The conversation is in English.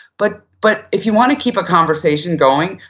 but but if you want to keep a conversation going,